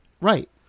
Right